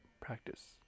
practice